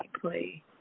play